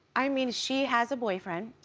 i mean, she has a boyfriend,